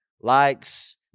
Likes